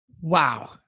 Wow